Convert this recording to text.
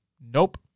Nope